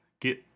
get